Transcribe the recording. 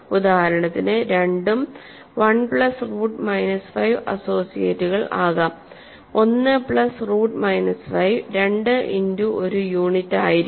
ഉദാഹരണത്തിന് 2 ഉം 1 plus root minus 5 അസോസിയേറ്റുകൾ ആകാം 1 പ്ലസ് റൂട്ട് മൈനസ് 5 2 ഇന്റു ഒരു യൂണിറ്റ് ആയിരിക്കും